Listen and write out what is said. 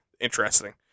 interesting